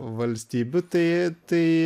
valstybių tai tai